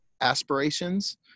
aspirations